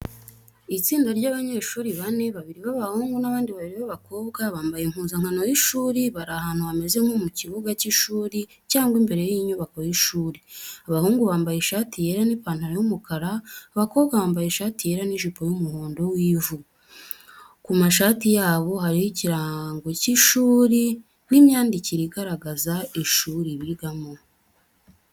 Itsinda ry’abanyeshuri bane: babiri b’abahungu n’abandi babiri b’abakobwa, bambaye impuzankano y’ishuri bari ahantu hameze nko mu kibuga cy’ishuri cyangwa imbere y’inyubako y’ishuri. Abahungu bambaye ishati yera n’ipantalo y’umukara, abakobwa bambaye ishati yera n’ijipo y’umuhondo w’ivu. Ku mashati yabo hariho ikirango cy’ishuri n’imyandikire igaragaza ishuri bigamo.